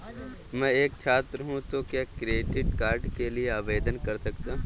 मैं एक छात्र हूँ तो क्या क्रेडिट कार्ड के लिए आवेदन कर सकता हूँ?